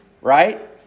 right